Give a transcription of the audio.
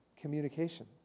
communication